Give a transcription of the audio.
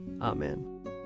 Amen